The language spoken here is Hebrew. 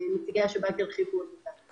ונציגי השב"כ ירחיבו על כך.